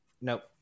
nope